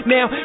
Now